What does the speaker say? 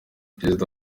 perezida